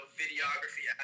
videography